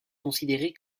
considéré